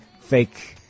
fake